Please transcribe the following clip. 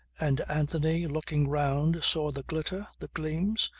and anthony looking round saw the glitter, the gleams,